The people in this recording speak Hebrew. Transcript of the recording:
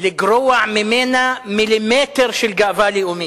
לגרוע ממנה מילימטר של גאווה לאומית.